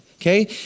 okay